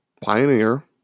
Pioneer